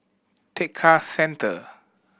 Tekka Centre